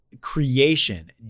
creation